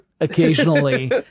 occasionally